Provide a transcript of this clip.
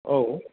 औ